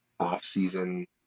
offseason